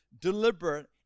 deliberate